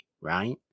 Right